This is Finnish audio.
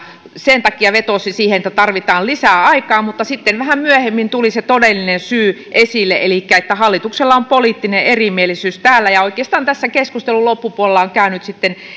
sen takia vetosi siihen että tarvitaan lisää aikaa mutta sitten vähän myöhemmin tuli se todellinen syy esille hallituksella on poliittinen erimielisyys täällä oikeastaan tässä keskustelun loppupuolella on sitten käynyt